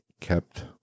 kept